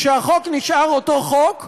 כשהחוק נשאר אותו חוק,